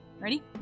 Ready